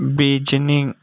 Beijing